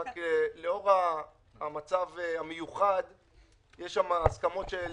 רק לאור המצב המיוחד יש שם הסכמות של